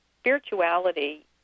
spirituality